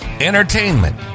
entertainment